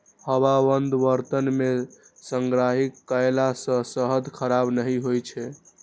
हवाबंद बर्तन मे संग्रहित कयला सं शहद खराब नहि होइ छै